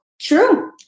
true